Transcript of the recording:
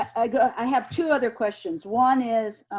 i have two other questions. one is,